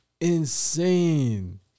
insane